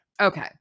Okay